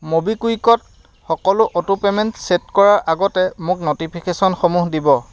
ম'বিকুইকত সকলো auto payment set কৰাৰ আগতে মোক ন'টিফিকেশ্যনসমূহ দিব